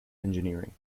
engineering